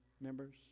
members